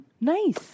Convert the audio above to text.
Nice